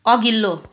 अघिल्लो